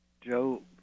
Joe